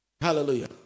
Hallelujah